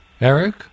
Eric